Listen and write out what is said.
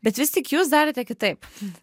bet vis tik jūs darėte kitaip